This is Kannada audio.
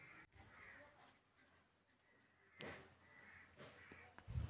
ಆದಾಯ ಎಂದ್ರೆ ಒಂದು ನಿರ್ದಿಷ್ಟ ಕಾಲಮಿತಿಯೊಳಗೆ ಒಂದು ಘಟಕ ಅಥವಾ ವ್ಯಕ್ತಿಯು ಗಳಿಸುವ ಬಳಕೆ ಮತ್ತು ಉಳಿತಾಯದ ಅವಕಾಶವೆ ಆದಾಯ